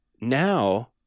now